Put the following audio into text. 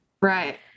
Right